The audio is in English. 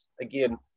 again